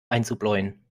einzubläuen